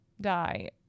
die